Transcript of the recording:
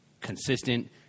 consistent